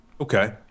Okay